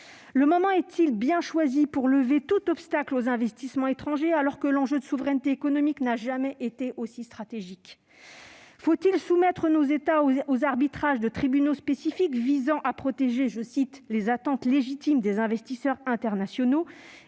Le moment est-il bien choisi pour lever tout obstacle aux investissements étrangers, alors que l'enjeu de souveraineté économique n'a jamais été aussi stratégique ? Faut-il soumettre nos États aux arbitrages de tribunaux spécifiques visant à protéger « les attentes légitimes des investisseurs internationaux »,